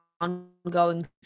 ongoing